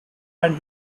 and